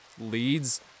leads